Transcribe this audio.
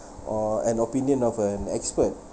or an opinion of an expert